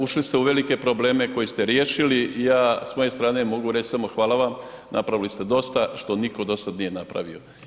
Ušli ste u velike probleme koje ste riješili i ja s moje strane mogu reći samo hvala vam, napravili ste dosta što nitko do sada nije napravio.